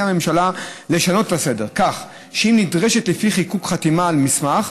הציעה הממשלה לשנות את ההסדר כך שאם נדרשת לפי חיקוק חתימה על מסמך,